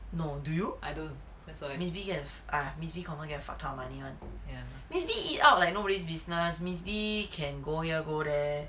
no do you miss B have ah confirm get fuck lot of money one miss B eat out like nobody's business miss B can go here go there